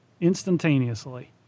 instantaneously